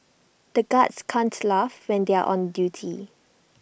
the guards can't laugh when they are on duty